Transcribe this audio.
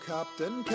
Captain